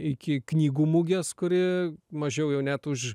iki knygų mugės kuri mažiau jau net už